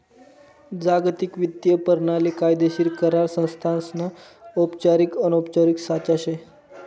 जागतिक वित्तीय परणाली कायदेशीर करार संस्थासना औपचारिक अनौपचारिक साचा शे